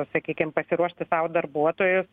sakykim pasiruošti sau darbuotojus